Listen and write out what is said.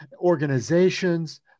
organizations